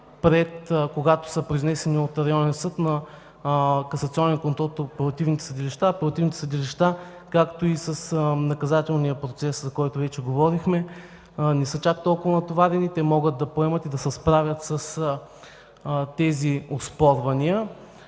когато са привнесени от районен съд на касационен контрол от апелативните съдилища. Апелативните съдилища, както и с наказателния процес, за който вече говорихме, не са чак толкова натоварени. Те могат да поемат и да се справят с тези оспорвания,